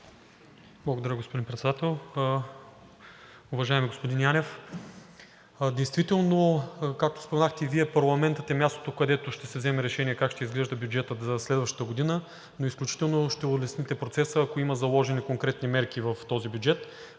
Благодаря, господин Председател. Уважаеми господин Янев, действително, както споменахте и Вие, парламентът е мястото, където ще се вземе решение как ще изглежда бюджетът за следващата година, но изключително ще улесните процеса, ако има заложени конкретни мерки в този бюджет.